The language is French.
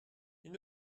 ils